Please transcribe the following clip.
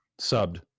subbed